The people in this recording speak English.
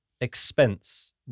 expense